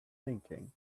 thinking